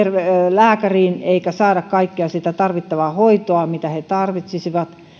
lääkäriin eikä saada kaikkea sitä hoitoa mitä he tarvitsisivat